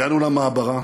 הגענו למעברה,